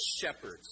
shepherds